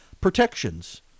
protections